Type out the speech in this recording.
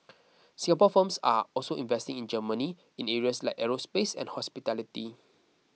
Singapore firms are also investing in Germany in areas like aerospace and hospitality